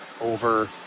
over